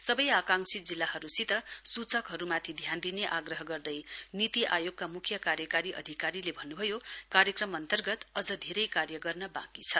सबै आकांक्षी जिल्ला जिल्लाहरूप्रति सूचकहरूमाथि ध्यान दिन आग्रह गर्दै नीति आयोगका मुख्य कार्यकारी अधिकारीले भन्नुभयो कार्यक्रम अन्तर्गत अझ धेरै कार्य गर्न बाँकी छ